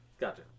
Gotcha